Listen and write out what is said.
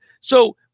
So-